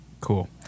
Cool